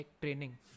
training